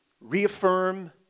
reaffirm